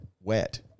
wet